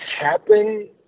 happen